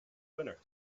winner